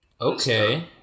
Okay